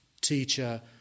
teacher